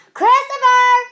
Christopher